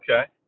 Okay